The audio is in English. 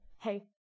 hey